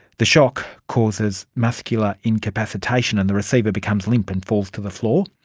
the shock causes muscular incapacitation and the receiver becomes limp and falls to the floor.